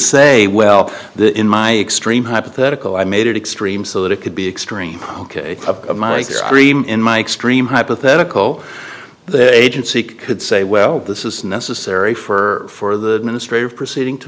say well the in my extreme hypothetical i made it extreme so that it could be extreme dream in my extreme hypothetical the agency could say well this is necessary for the ministry of proceeding to